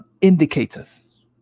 indicators